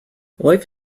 life